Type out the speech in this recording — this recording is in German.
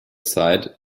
zeit